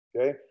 okay